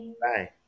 Bye